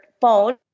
phone